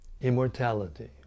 immortality